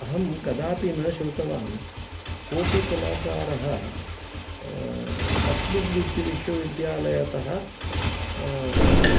अहं कदापि न श्रुतवान् कोपि कलाकारः अस्मिन् विद् विश्वविद्यालयतः